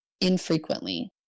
infrequently